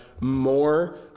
more